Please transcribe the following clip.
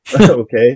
Okay